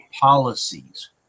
policies